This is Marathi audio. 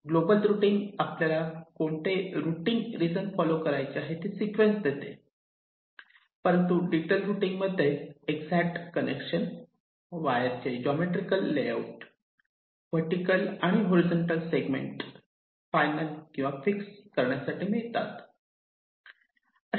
ग्लोबल रुटींग आपल्याला कोणते रुटींग रिजन फॉलो करायचे आहे ती सिक्वेन्स देते परंतु डिटेल रुटींग मध्ये एक्जेक्ट कनेक्शन वायरचे जॉमेट्रीकल लेआउट वर्टीकल आणि हॉरीझॉन्टल सेगमेंट फायनल किंवा फिक्स करण्यासाठी मिळतात